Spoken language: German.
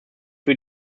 für